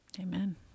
Amen